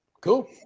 cool